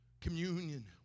communion